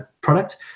product